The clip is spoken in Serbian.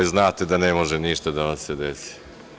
Znate da ne može ništa da vam se desi.